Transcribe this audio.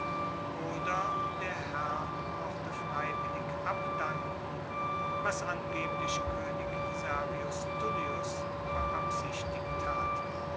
oder der herr mochte freiwillig abdanken was angeblich koenig servius tullius beabsichtigt hat